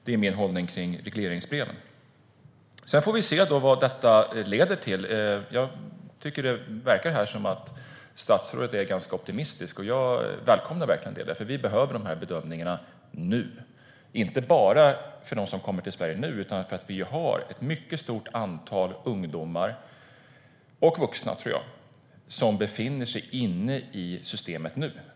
Det är min hållning i fråga om regleringsbreven. Vi får se vad detta leder till. Jag tycker att det verkar som att statsrådet är ganska optimistisk, och det välkomnar jag verkligen. Vi behöver de här bedömningarna nu, inte bara för dem som kommer till Sverige nu utan för att vi har ett mycket stort antal ungdomar - och vuxna, tror jag - som redan befinner sig i systemet.